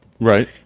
Right